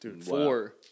four